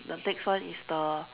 the next one is the